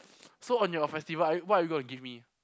so on your festival are you what are you going to give me